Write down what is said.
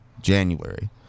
January